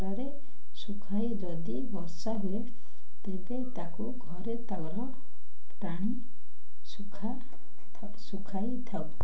ଖରାରେ ଶୁଖାଇ ଯଦି ବର୍ଷା ହୁଏ ତେବେ ତାକୁ ଘରେ ତାର ଟାଣି ଶୁଖାଇଥାଉ